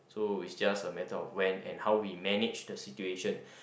so is just a matter of when and how we manage the situation